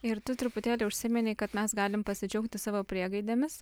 ir tu truputėlį užsiminei kad mes galim pasidžiaugti savo priegaidėmis